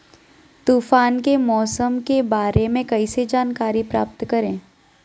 तूफान के मौसम के बारे में कैसे जानकारी प्राप्त करें?